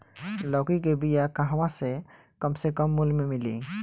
लौकी के बिया कहवा से कम से कम मूल्य मे मिली?